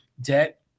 debt